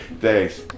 Thanks